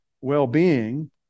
well-being